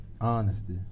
honesty